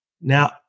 Now